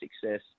success